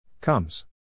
Comes